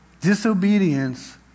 Disobedience